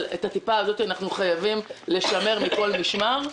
אבל את הטיפה הזאת אנחנו חייבים לשמר מכל משמר.